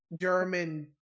German